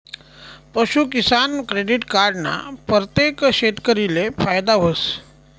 पशूकिसान credit card ना परतेक शेतकरीले फायदा व्हस